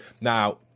Now